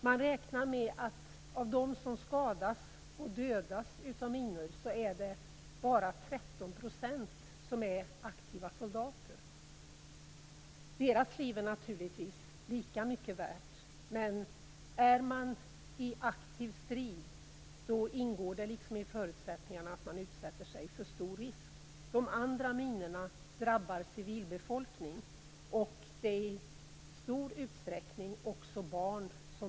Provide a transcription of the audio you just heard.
Man räknar med att av dem som skadas och dödas av minor är det bara 13 % som är aktiva soldater. Deras liv är naturligtvis lika mycket värda, men är man i aktiv strid ingår det i förutsättningarna att man utsätter sig för stor risk. De andra minorna drabbar civilbefolkning, och det rör sig i stor utsträckning om barn.